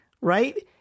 right